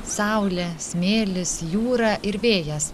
saulė smėlis jūra ir vėjas